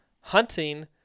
hunting